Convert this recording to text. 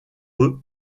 eux